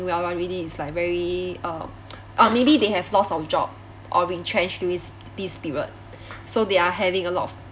well one really is like very uh or maybe they have loss of job or retrench during this this period so they are having a lot of